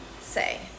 say